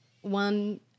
one